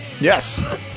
Yes